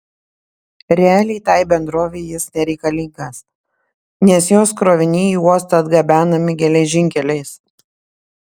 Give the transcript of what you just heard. realiai tai bendrovei jis nereikalingas nes jos kroviniai į uostą atgabenami geležinkeliais